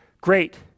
great